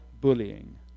bullying